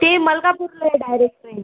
ते मलकापूरला आहे डायरेक्ट ट्रेन